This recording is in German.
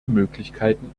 möglichkeiten